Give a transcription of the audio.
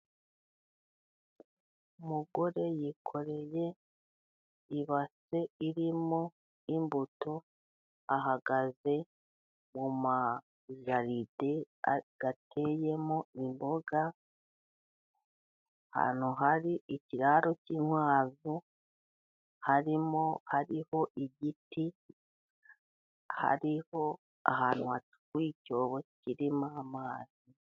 Umugore yikoreye ibase irimo imbuto ,ahagaze mu majaride ateyemo imboga .Ahantu hari ikiraro cy'inkwavu harimo, hariho igiti, hariho ahantu hacukuye icyobo kirimo amazi.